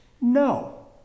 No